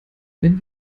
wenn